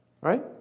right